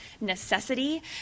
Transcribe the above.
necessity